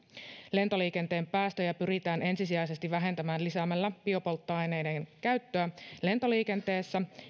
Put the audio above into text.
lentoliikenteen päästöjä pyritään ensisijaisesti vähentämään lisäämällä kestävästi tuotettujen biopolttoaineiden käyttöä lentoliikenteessä